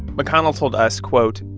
mcconnell told us, quote,